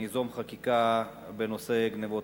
ניזום חקיקה בנושא גנבת המתכות.